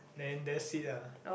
then that's it ah